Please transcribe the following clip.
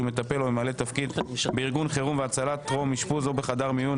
בשל תקיפת צוות רפואי),